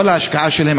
כל ההשקעה שלהם,